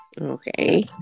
Okay